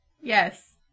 Yes